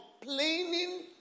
complaining